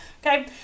Okay